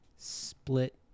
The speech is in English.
split